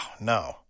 no